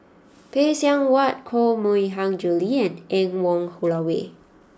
Phay Seng Whatt Koh Mui Hiang Julie and Anne Wong Holloway